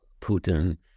Putin